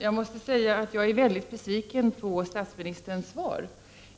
Herr talman! Jag är mycket besviken på statsministerns svar.